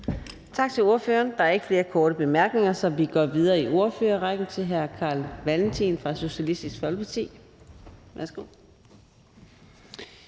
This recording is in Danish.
Tak til ordføreren. Der er ikke flere korte bemærkninger. Så vi går videre i ordførerrækken til fru Rosa Lund fra Enhedslisten.